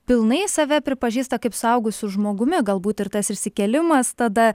pilnai save pripažįsta kaip suaugusiu žmogumi galbūt ir tas išsikėlimas tada